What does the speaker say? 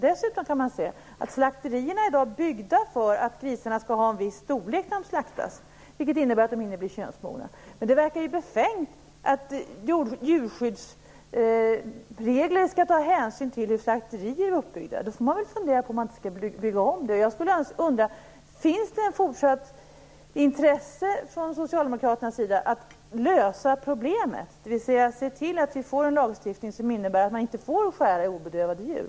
Dessutom kan man se att slakterierna i dag är byggda för att grisarna skall ha en viss storlek när de slaktas, vilket innebär att de hinner bli könsmogna. Det verkar befängt att djurskyddsregler skall ta hänsyn till hur slakterier är uppbyggda. Då får man väl fundera på om man inte skall bygga om dem. Finns det ett fortsatt intresse från socialdemokraternas sida att lösa problemet, dvs. se till att vi får en lagstiftning som innebär att man inte får skära i obedövade djur?